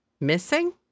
missing